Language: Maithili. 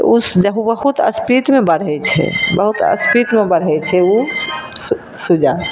तऽ ओ बहुत स्पीडमे बढ़ैत छै बहुत स्पीडमे बढ़ैत छै ओ सुजा